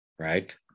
Right